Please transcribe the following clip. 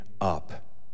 up